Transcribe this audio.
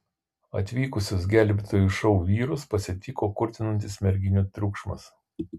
atvykusius gelbėtojų šou vyrus pasitiko kurtinantis merginų triukšmas